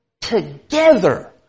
together